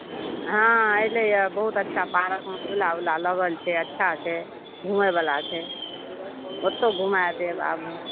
हँ अयलैं हँ बहुत अच्छा पार्कमे झूला ओला लगल छै अच्छा छै घूमय बला छै ओतहुँ घूमाए देब आबू